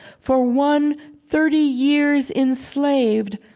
for one thirty years enslaved,